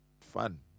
fun